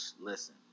listen